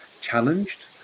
challenged